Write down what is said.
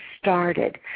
started